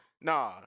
Nah